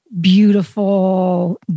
beautiful